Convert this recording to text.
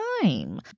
Time